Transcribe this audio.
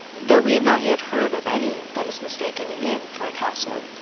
though we have not yet heard of any that has mistaken an inn for a castle,